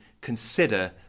consider